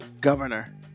governor